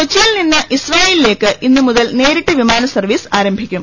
കൊച്ചിയിൽ നിന്ന് ഇസ്രായലിലേക്ക് ഇന്നു മുതൽ നേരിട്ട് വിമാ നസർവീസ് ആരംഭിക്കും